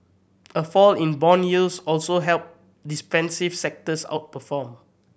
a fall in bond yields also helped defensive sectors outperform